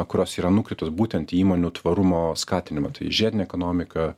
kurios yra nukreiptos būtent į įmonių tvarumo skatinimą tai į žiedinę ekonomiką